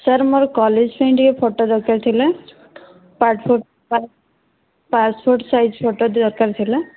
sir ମୋର college ପାଇଁ ଟିକେ ଫୋଟୋ ଦରକାର ଥିଲା ପାସପୋର୍ଟ ପାସପୋର୍ଟ ସାଇଜ ଫୋଟୋ ଦରକାର ଥିଲା